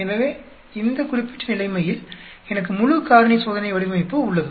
எனவே இந்த குறிப்பிட்ட நிலைமையில் எனக்கு முழு காரணி சோதனை வடிவமைப்பு உள்ளது